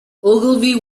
ogilvy